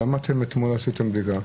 למה אתמול עשיתם בדיקה?